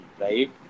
right